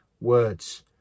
words